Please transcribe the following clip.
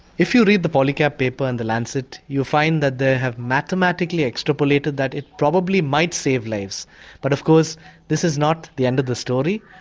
if you read the polycap paper in the lancet you'll find that they have mathematically extrapolated that it probably might save lives but of course this is not the end of the story,